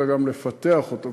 אלא גם לפתח אותו,